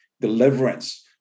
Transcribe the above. Deliverance